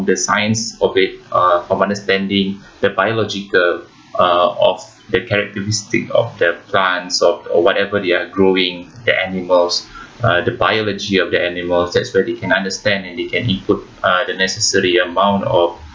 the science of it uh from understanding the biological uh of the characteristic of the plants or whatever they are growing the animals uh the biology of the animals that's where they can understand and they can input uh the necessary amount of